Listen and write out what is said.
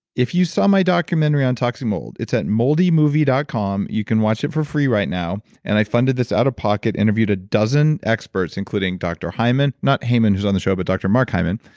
if you saw my documentary on toxic mold, it's at moldymovie dot com. you can watch it for free right now and i funded this out of pocket. interviewed a dozen experts, including dr. heyman not heyman who i on the show but dr. mark heyman,